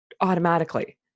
automatically